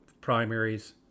primaries